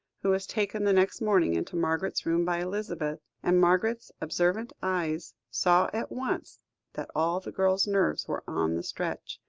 who was taken the next morning into margaret's room by elizabeth and margaret's observant eyes saw at once that all the girl's nerves were on the stretch,